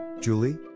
Julie